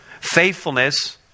Faithfulness